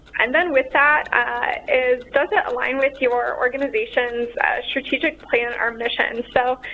and then with that is, does it align with your organization's strategic plan or mission? so,